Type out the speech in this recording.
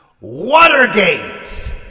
Watergate